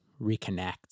reconnect